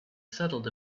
settled